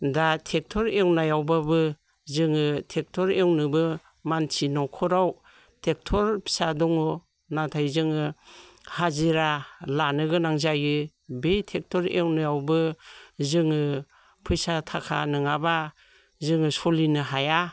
दा ट्रेक्टर एवनायावब्लाबो जोङो ट्रेक्टर एवनोबो मानसि न'खराव ट्रेक्टर फिसा दङ नाथाय जोङो हाजिरा लानो गोनां जायो बे ट्रेक्टर एवनायावबो जोङो फैसा थाखा नङाब्ला जोङो सोलिनो हाया